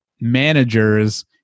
managers